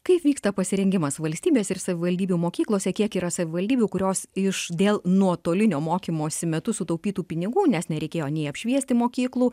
kaip vyksta pasirengimas valstybės ir savivaldybių mokyklose kiek yra savivaldybių kurios iš dėl nuotolinio mokymosi metu sutaupytų pinigų nes nereikėjo nei apšviesti mokyklų